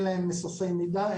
אין להם מסופי מידע,